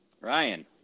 Ryan